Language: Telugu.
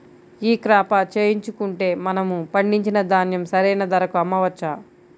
ఈ క్రాప చేయించుకుంటే మనము పండించిన ధాన్యం సరైన ధరకు అమ్మవచ్చా?